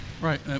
Right